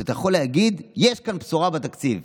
שאתה יכול להגיד שיש כאן בשורה בתקציב.